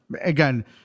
again